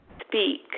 speak